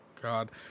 God